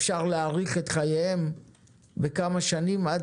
אפשר להאריך את חייהם בכמה שנים עד